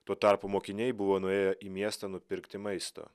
tuo tarpu mokiniai buvo nuėję į miestą nupirkti maisto